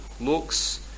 Looks